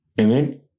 Amen